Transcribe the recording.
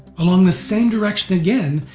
along the same direction again,